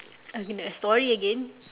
story again